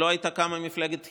לא הייתה קמה מפלגת התחיה.